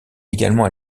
également